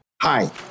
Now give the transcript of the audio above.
Hi